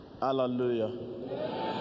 Hallelujah